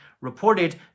reported